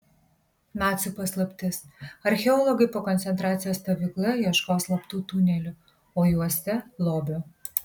nacių paslaptis archeologai po koncentracijos stovykla ieškos slaptų tunelių o juose lobio